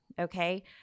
Okay